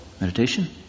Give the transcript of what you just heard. Meditation